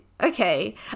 okay